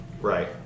Right